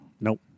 Nope